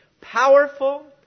Powerful